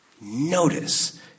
Notice